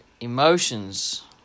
emotions